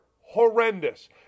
horrendous